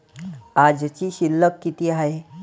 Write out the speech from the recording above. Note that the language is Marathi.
आजची शिल्लक किती हाय?